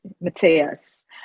Mateus